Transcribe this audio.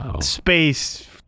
space